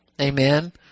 Amen